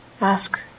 ask